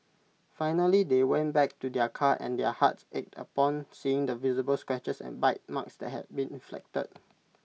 finally they went back to their car and their hearts ached upon seeing the visible scratches and bite marks that had been inflicted